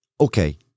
Okay